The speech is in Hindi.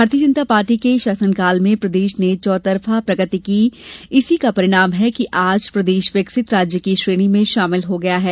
भारतीय जनता पार्टी के शासनकाल में प्रदेश ने चौतरफा प्रगति की इसी का परिणाम है कि आज प्रदेश विकसित राज्य की श्रेणी में शामिल हो गया है